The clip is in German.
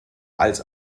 als